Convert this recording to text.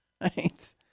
right